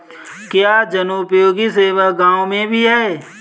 क्या जनोपयोगी सेवा गाँव में भी है?